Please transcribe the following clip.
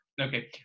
okay